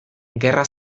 gerra